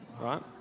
right